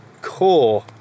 core